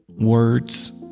words